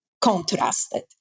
contrasted